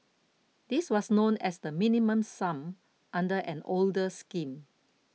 this was known as the Minimum Sum under an older scheme